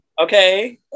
Okay